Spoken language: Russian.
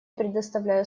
предоставляю